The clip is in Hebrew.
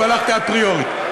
והלכתי אפריורית.